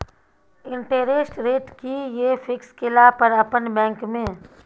Interest rate कि ये fix केला पर अपन बैंक में?